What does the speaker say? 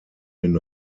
den